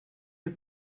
you